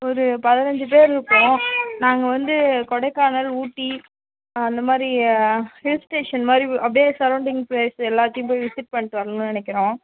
ஒரு பதினைஞ்சி பேர் இருக்கோம் நாங்கள் வந்து கொடைக்கானல் ஊட்டி அந்த மாதிரி ஹில் ஸ்டேஷன் மாதிரி அப்டியே சரௌண்டிங் ப்ளேஸ் எல்லாத்தையும் போய் விசிட் பண்ணிட்டு வரணுன்னு நினைக்கிறோம்